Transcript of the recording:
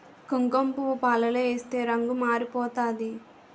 కుంకుమపువ్వు పాలలో ఏస్తే రంగు మారిపోతాది